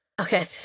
Okay